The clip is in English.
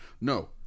No